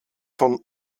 von